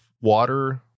water